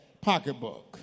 pocketbook